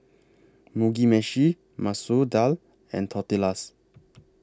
Mugi Meshi Masoor Dal and Tortillas